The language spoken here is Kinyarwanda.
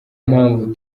mpamvu